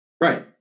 Right